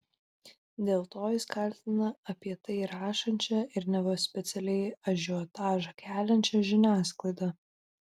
dėl to jis kaltina apie tai rašančią ir neva specialiai ažiotažą keliančią žiniasklaidą